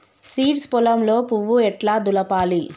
Seeds పొలంలో పువ్వు ఎట్లా దులపాలి?